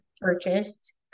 purchased